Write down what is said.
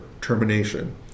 termination